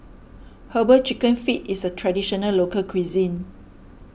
Herbal Chicken Feet is a Traditional Local Cuisine